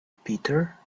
peter